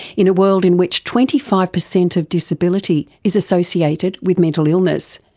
in a world in which twenty five percent of disability is associated with mental illness,